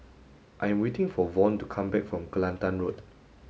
I am waiting for Von to come back from Kelantan Road